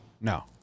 No